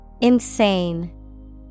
Insane